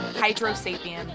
Hydro-Sapien